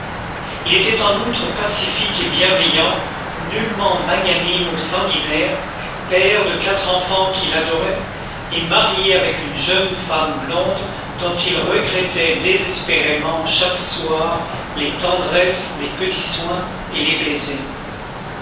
il était en outre pacifique et bienveillant nullement magnanime ou sanguinaire père de quatre enfants qu'il adorait et marié avec une jeune femme blonde dont il regrettait désespérément chaque soir les tendresses les petits soins et les baisers